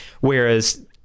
whereas